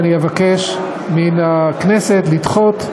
ואבקש מן הכנסת לדחות,